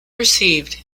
received